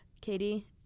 Katie